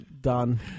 Done